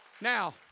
Now